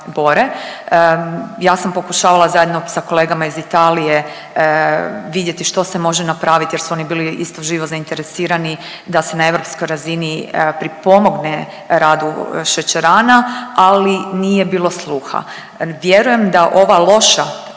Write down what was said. Ja sam pokušavala zajedno sa kolegama iz Italije vidjeti što se može napraviti jer su oni bili isto živo zainteresirani da se na europskoj razini pripomogne radu šećerana, ali nije bilo sluha. Vjerujem da ova loša